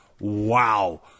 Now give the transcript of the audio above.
Wow